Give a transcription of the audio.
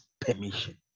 permission